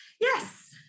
Yes